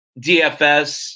DFS